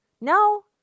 No